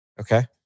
Okay